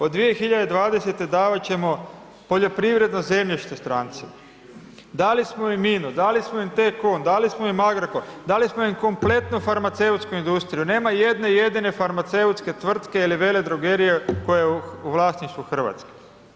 Od 2020. davat ćemo poljoprivredno zemljište strancima, dali smo im INA-u, dali smo im T-com, dali smo im Agrokor, dali smo im kompletnu farmaceutsku industriju, nema jedne jedine farmaceutske tvrtke ili Veledrogerije koja je u vlasništvu RH.